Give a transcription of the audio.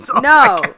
no